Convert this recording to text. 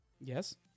Yes